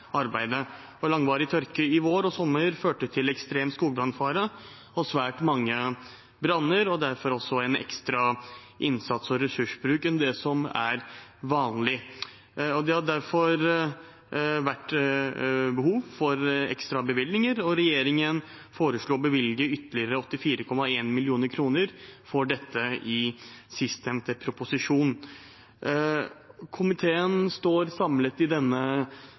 arbeidet. Langvarig tørke i vår og sommer førte til ekstrem skogbrannfare og svært mange branner og derfor også en ekstra innsats og mer ressursbruk enn det som er vanlig. Det har derfor vært behov for ekstra bevilgninger, og regjeringen foreslår å bevilge ytterligere 84,1 mill. kr til dette i sistnevnte proposisjon. Komiteen står samlet i denne